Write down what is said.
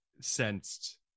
sensed